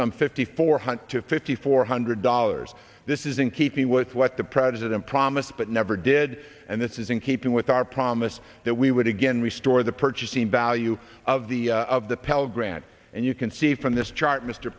some fifty four one to fifty four hundred dollars this is in keeping with what the president promised but never did and this is in keeping with our promise that we would again restore the purchasing value of the of the pell grant and you can see from this chart mr